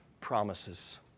promises